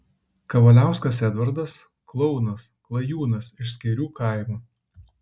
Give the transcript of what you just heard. kavaliauskas edvardas klounas klajūnas iš skėrių kaimo